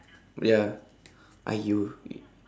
ya !aiyo!